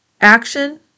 action